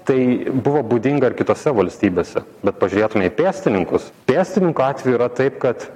tai buvo būdinga ir kitose valstybėse bet pažiūrėtume į pėstininkus pėstininkų atveju yra taip kad